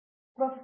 ಉಷಾಗೆ ಧನ್ಯವಾದಗಳು